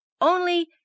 Only—